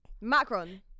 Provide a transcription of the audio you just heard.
Macron